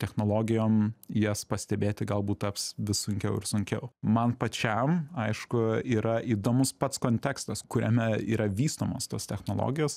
technologijom jas pastebėti galbūt taps vis sunkiau ir sunkiau man pačiam aišku yra įdomus pats kontekstas kuriame yra vystomos tos technologijos